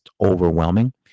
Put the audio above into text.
overwhelming